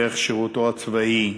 דרך שירותו הצבאי,